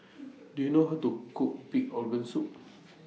Do YOU know How to Cook Pig'S Organ Soup